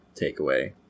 takeaway